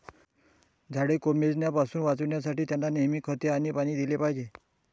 झाडे कोमेजण्यापासून वाचवण्यासाठी, त्यांना नेहमी खते आणि पाणी दिले पाहिजे